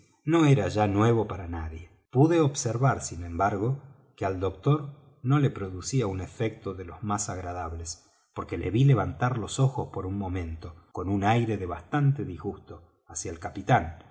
no era ya nuevo para nadie pude observar sin embargo que al doctor no le producía un efecto de los más agradables porque le ví levantar los ojos por un momento con un aire de bastante disgusto hacia el capitán